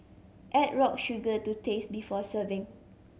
add rock sugar to taste before serving